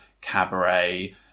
Cabaret